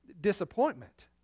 disappointment